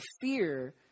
fear